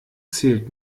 zählt